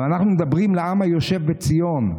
אבל אנחנו מדברים לעם היושב בציון.